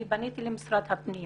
פניתי למשרד הפנים